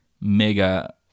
mega